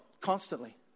constantly